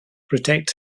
protect